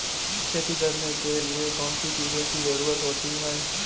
खेती करने के लिए कौनसी चीज़ों की ज़रूरत होती हैं?